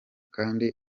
kandi